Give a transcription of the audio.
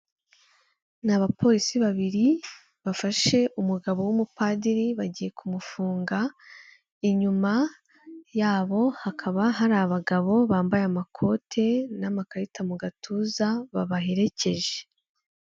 Ni abapolisi babiri bafashe umugabo w'umupadiri bagiye kumufunga, inyuma yabo hakaba hari abagabo bambaye amakote namakarita mu gatuza babaherekeje.